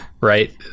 Right